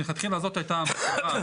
מלכתחילה זאת הייתה ההגדרה.